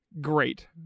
Great